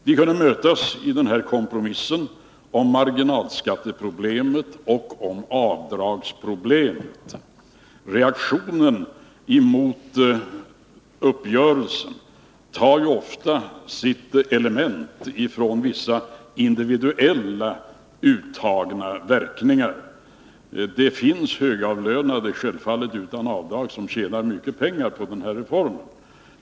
Vi kunde mötas i den här kompromissen om marginalskatteproblemet och om avdragsproblemet. Reaktionen mot uppgörelsen tar ofta sitt element från vissa individuellt uttagna verkningar. Det finns självfallet högavlönade utan avdrag som tjänar mycket pengar på den här reformen.